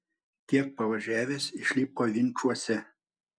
kiek pavažiavęs išlipo vinčuose